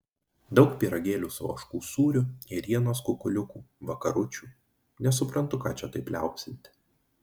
daug pyragėlių su ožkų sūriu ėrienos kukuliukų vakaručių nesuprantu ką čia taip liaupsinti